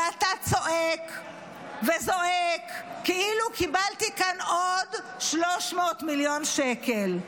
ואתה צועק וזועק כאילו קיבלתי כאן עוד 300 מיליון שקל.